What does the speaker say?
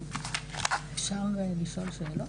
אפשר לשאול שאלות?